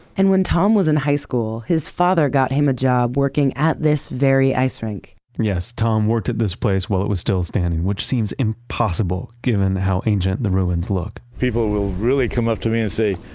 and when tom was in high school, his father got him a job working at this very ice rink yes, tom worked at this place while it was still standing. which seems impossible given how ancient the ruins look people will really come up to me and say,